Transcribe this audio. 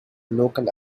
local